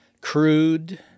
crude